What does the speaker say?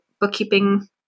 bookkeeping